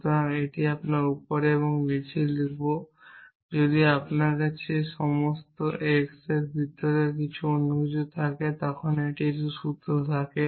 সুতরাং আমি এটিকে উপরে এবং নীচে লিখব যদি আপনার কাছে সমস্ত x এবং এর ভিতরের অন্য কিছুর জন্য একটি সূত্র থাকে